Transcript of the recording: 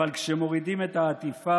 אבל כשמורידים את העטיפה,